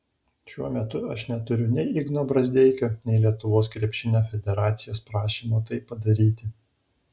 šiuo metu aš neturiu nei igno brazdeikio nei lietuvos krepšinio federacijos prašymo tai padaryti